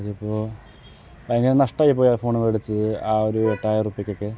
അതിപ്പോൾ ഭയങ്കര നഷ്ടമായിപ്പോയി ആ ഫോൺ മേടിച്ചത് ആ ഒരു എട്ടായിരം റുപ്പിയ്ക്കൊക്കെ